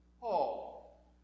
Paul